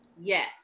Yes